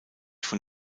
von